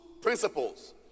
principles